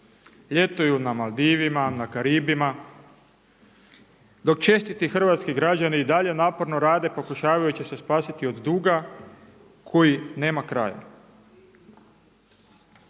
ljetuju na Maldivima, na Karibima dok čestiti hrvatski građani i dalje naporno rade pokušavajući se spasiti od duga koji nema kraja.